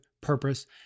purpose